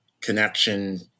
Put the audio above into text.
connection